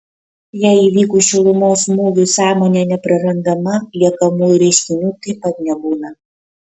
jei įvykus šilumos smūgiui sąmonė neprarandama liekamųjų reiškinių taip pat nebūna